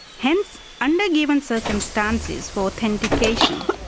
hence, under given circumstances for authentication,